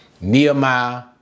Nehemiah